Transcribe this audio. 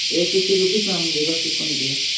eight fifty rupees ma'am reverse తీసుకోడానికి